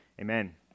Amen